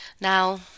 Now